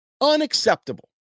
Unacceptable